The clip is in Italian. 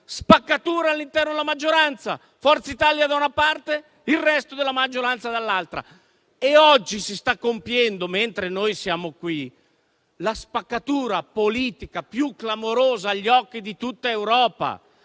spaccatura all'interno della maggioranza; Forza Italia, da una parte, e il resto della maggioranza, dall'altra. Oggi, mentre noi siamo qui, si sta compiendo la spaccatura politica più clamorosa agli occhi di tutta Europa.